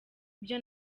ibyo